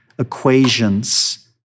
equations